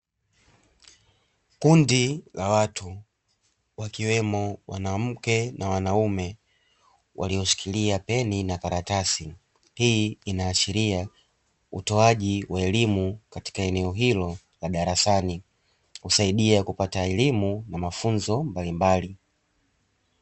Kundi la watu wakiwemo wanamke na wanaume, walioshikilia Peni na karatasi. Hii inaashiria utoaji wa elimu katika eneo hilo la darasani, kusaidia kupata elimu na mafunzo mbalimbali.